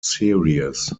series